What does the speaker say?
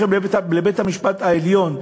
שהולכים לבית-המשפט העליון,